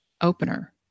opener